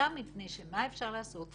ובפרנסתם מפני שמה אפשר לעשות?